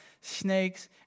snakes